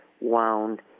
wound